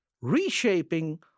reshaping